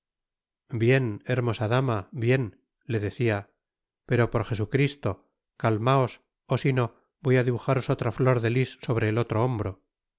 bien hermosa dama bien le decia pero por jesu cristo calmaos ó sino voy á dibujaros otia flor de lis sobre el otro hombro